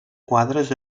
quadres